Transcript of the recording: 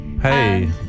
Hey